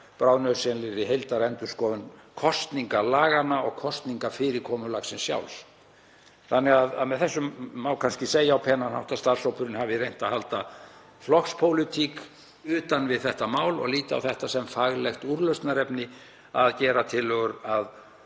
bráðnauðsynlegri heildarendurskoðun kosningalaganna og kosningafyrirkomulagsins sjálfs. Með þessu má kannski segja á penan hátt að starfshópurinn hafi reynt að halda flokkspólitík utan við þetta mál og líta á það sem faglegt úrlausnarefni að gera tillögur að